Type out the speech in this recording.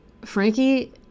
Frankie